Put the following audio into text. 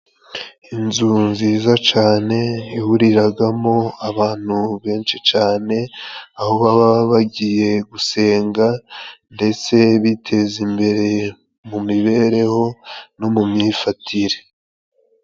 Inzu nziza cane ihuriragamo abantu benshi cane aho baba bagiye gusenga, ndetse biteza imbere mu mibereho no mu myifatire.